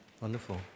Wonderful